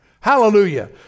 Hallelujah